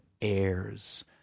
heirs